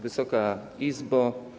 Wysoka Izbo!